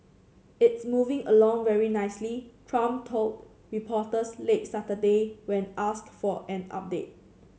it's moving along very nicely trump told reporters late Saturday when asked for an update